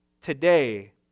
today